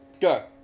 Go